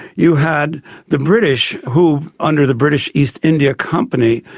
you had the british, who under the british east india company,